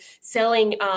selling